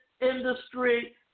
industry